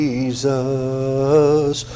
Jesus